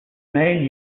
main